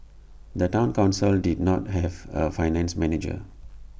the Town Council did not have A finance manager